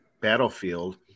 battlefield